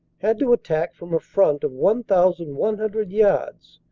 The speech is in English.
had to attack from a front of one thousand one hundred yards,